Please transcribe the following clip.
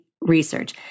research